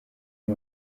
iyo